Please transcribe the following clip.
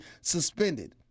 suspended